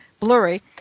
blurry